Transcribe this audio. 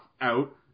out